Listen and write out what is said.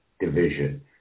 division